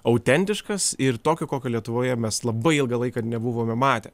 autentiškas ir tokio kokio lietuvoje mes labai ilgą laiką nebuvome matę